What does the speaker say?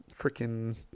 freaking